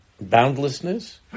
boundlessness